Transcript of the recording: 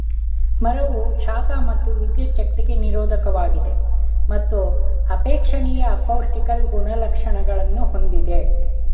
ಮರವು ಶಾಖ ಮತ್ತು ವಿದ್ಯುಚ್ಛಕ್ತಿಗೆ ನಿರೋಧಕವಾಗಿದೆ ಮತ್ತು ಅಪೇಕ್ಷಣೀಯ ಅಕೌಸ್ಟಿಕಲ್ ಗುಣಲಕ್ಷಣಗಳನ್ನು ಹೊಂದಿದೆ